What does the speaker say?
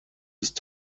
ist